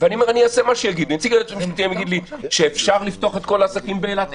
נציג היועץ המשפטי היום יגיד לי שאפשר לפתוח את כל העסקים באילת,